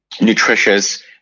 nutritious